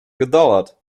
gedauert